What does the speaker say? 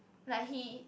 like he